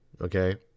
Okay